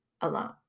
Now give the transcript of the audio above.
alone